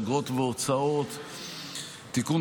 אגרות והוצאות (תיקון,